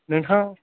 नोंथाङा